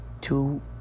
two